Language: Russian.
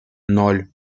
ноль